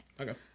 Okay